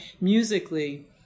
musically